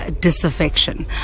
disaffection